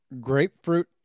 Grapefruit